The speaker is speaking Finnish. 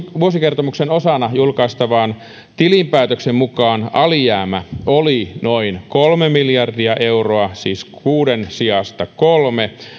vuosikertomuksen osana julkaistavan tilinpäätöksen mukaan alijäämä oli noin kolme miljardia euroa siis kuuden sijasta kolme